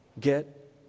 Get